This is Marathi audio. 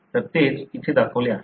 तर तेच इथे दाखवले आहे